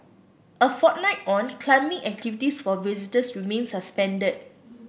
a fortnight on climbing activities for visitors remain suspended